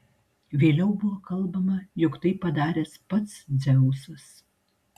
vėliau buvo kalbama jog tai padaręs pats dzeusas